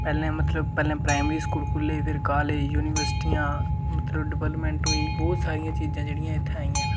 पैह्ले मतलब primary school खु' ल्ले फिर कालेज यूनिवर्सिटियां मतलब डवलपमंट होई बहुत सारी चीजां जेह्ड़ियां इत्थै आइयां